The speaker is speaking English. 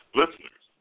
listeners